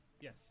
Yes